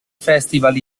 festival